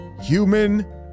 Human